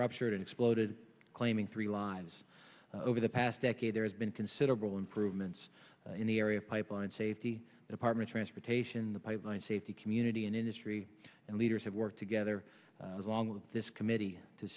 ruptured and exploded claiming three lives over the past decade there has been considerable improvements in the area pipeline safety department transportation the pipeline safety community and industry and leaders have worked together along with this committee to